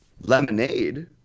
lemonade